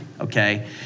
Okay